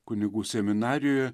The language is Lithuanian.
kunigų seminarijoje